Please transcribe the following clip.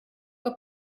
que